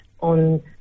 on